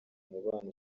umubano